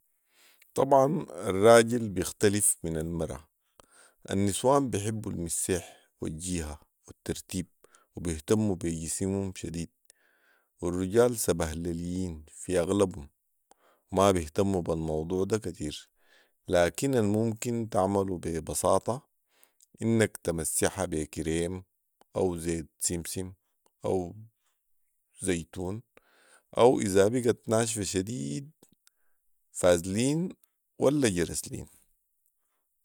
طبعا الراجل بيختلف من المره. النسوان بيحبوا المسيح والجيهه والترتيب وبيهتموا بي جسمهم شديد والرجال سبهلليين في اغلبهم وما بيهتموا بالموضوع ده كتير، لكن الممكن تعملوا بي بساطه انك تمسحها بي كريم او زيت سمسم او زيتون او اذا بقت ناشفه شديد فازلين ولا جرسلين